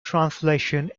translation